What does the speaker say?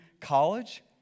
college